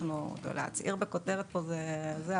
להצהיר פה בכותרת פה זה,